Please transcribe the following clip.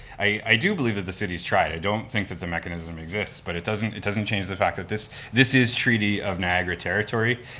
i do believe that the city's tried, i don't think that the mechanism exists, but it doesn't it doesn't change the fact that this this is treaty of niagara territory,